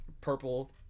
purple